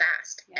fast